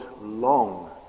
long